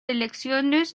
elecciones